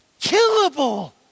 killable